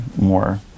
more